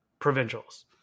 provincials